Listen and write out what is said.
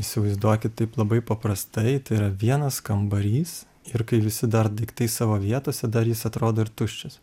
įsivaizduokit taip labai paprastai tai yra vienas kambarys ir kai visi dar daiktai savo vietose dar jis atrodo ir tuščias